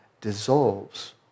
dissolves